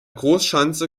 großschanze